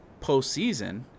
postseason